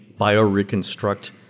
BioReconstruct